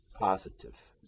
positive